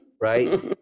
right